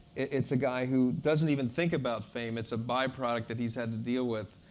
it's a guy who doesn't even think about fame. it's a byproduct that he's had to deal with.